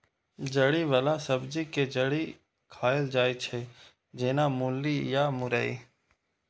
जड़ि बला सब्जी के जड़ि खाएल जाइ छै, जेना मूली या मुरइ